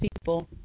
people